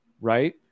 Right